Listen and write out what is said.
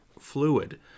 fluid